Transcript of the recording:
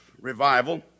revival